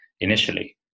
Initially